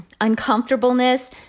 uncomfortableness